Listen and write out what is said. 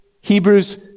Hebrews